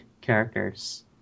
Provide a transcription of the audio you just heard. characters